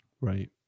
Right